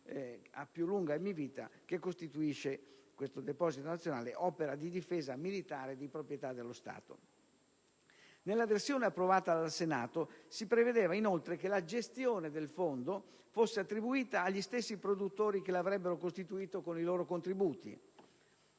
di III categoria, che costituisce opera di difesa militare di proprietà dello Stato». Nella versione approvata dal Senato si prevedeva inoltre che la gestione del fondo fosse attribuita agli stessi produttori che l'avrebbero costituito con i loro contributi.